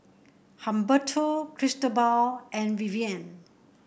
Humberto Cristobal and Vivian